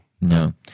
No